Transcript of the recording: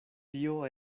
tio